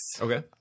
Okay